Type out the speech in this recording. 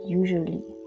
usually